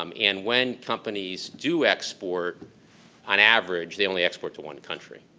um and when companies do export on average, they only export to one country.